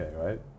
right